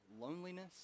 loneliness